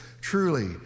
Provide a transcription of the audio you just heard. Truly